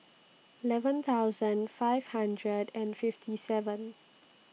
eleven thousand five hundred and fifty seven